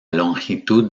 longitud